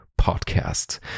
podcast